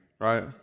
right